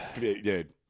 dude